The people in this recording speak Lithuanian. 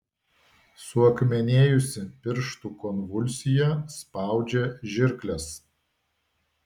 suakmenėjusi pirštų konvulsija spaudžia žirkles